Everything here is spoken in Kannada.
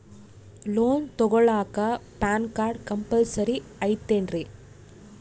ಲೋನ್ ತೊಗೊಳ್ಳಾಕ ಪ್ಯಾನ್ ಕಾರ್ಡ್ ಕಂಪಲ್ಸರಿ ಐಯ್ತೇನ್ರಿ?